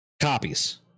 copies